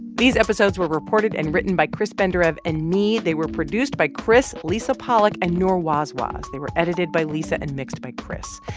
these episodes were reported and written by chris benderev and me. they were produced by chris, lisa pollak and noor wazwaz. there were edited by lisa and mixed by chris.